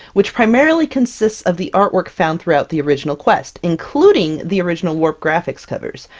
which primarily consists of the artwork found throughout the original quest, including the original warp graphics covers.